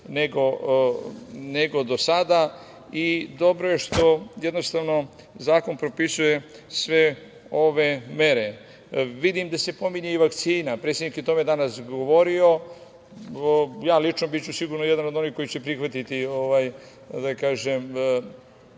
nego do sada i dobro je što jednostavno zakon propisuje sve ove mere. Vidim da se pominje i vakcina. Predsednik je o tome danas govorio. Ja lično biću sigurno jedan od onih koji ću rado primiti vakcinu